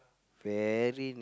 very